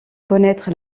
connaître